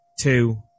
two